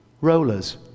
rollers